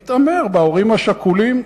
מתעמר בהורים השכולים,